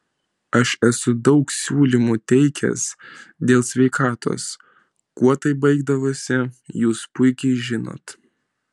aš esu daug siūlymų teikęs dėl sveikatos kuo tai baigdavosi jūs puikiai žinot